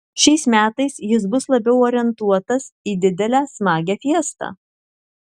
šiais metais jis bus labiau orientuotas į didelę smagią fiestą